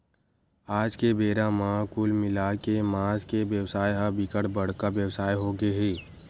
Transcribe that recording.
आज के बेरा म कुल मिलाके के मांस के बेवसाय ह बिकट बड़का बेवसाय होगे हे